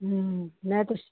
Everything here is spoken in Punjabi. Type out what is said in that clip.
ਹਮ ਮੈਂ ਕੁਛ